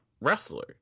wrestler